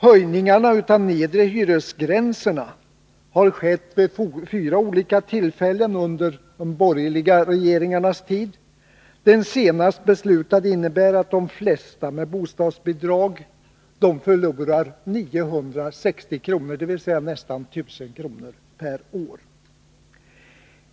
Höjningarna av de nedre hyresgränserna har skett vid fyra olika tillfällen under de borgerliga regeringarnas tid. Den senaste ser ut att innebära att de flesta som har bostadsbidrag förlorar 960 kr., dvs. nästan 1000 kr., per es år.